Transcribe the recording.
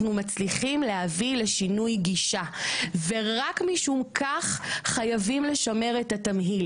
מצליחים להביא לשינוי גישה ורק משום כך חייבים לשמר את התמהיל